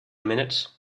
minute